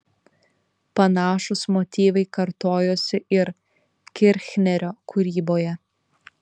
panašūs motyvai kartojosi ir kirchnerio kūryboje